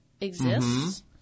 exists